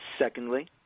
Secondly